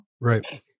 Right